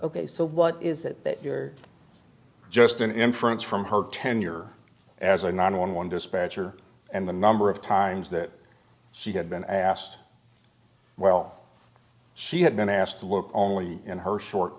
ok so what is it that you're just an inference from her tenure as a non one dispatcher and the number of times that she had been asked well she had been asked to look only in her short